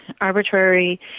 arbitrary